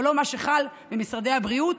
אבל לא מה שחל במשרד הבריאות,